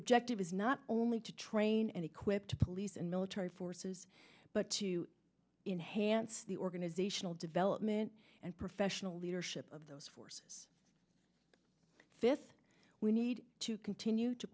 objective is not only to train and equip the police and military forces but to enhance the organizational development and professional leadership of those forces this we need to continue to